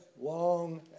long